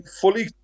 fully